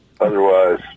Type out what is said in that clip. Otherwise